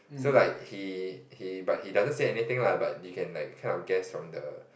so like he he but he doesn't say anything lah but you can like kind of guess from the